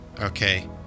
okay